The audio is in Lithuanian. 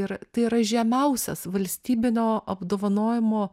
ir tai yra žemiausias valstybinio apdovanojimo